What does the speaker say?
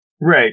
Right